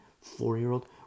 four-year-old